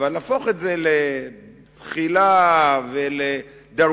אבל נהפוך את זה לזחילה, ולדרוויניזם,